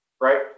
Right